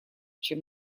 чем